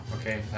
okay